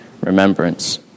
remembrance